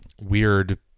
weird